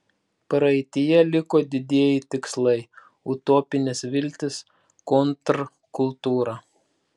praeityje liko didieji tikslai utopinės viltys kontrkultūra